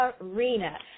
arena